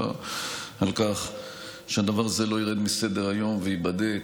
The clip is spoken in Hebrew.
על ההתעקשות על כך שהדבר זה לא ירד מסדר-היום וייבדק.